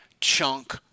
chunk